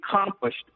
accomplished